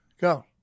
Go